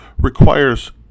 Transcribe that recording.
requires